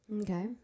Okay